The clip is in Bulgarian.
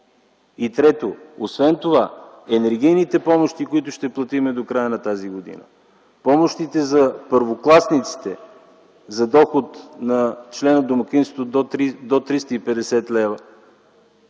помощи. Трето, енергийните помощи, които ще платим до края на тази година, помощите за първокласниците за доход на член от домакинството до 350 лв.,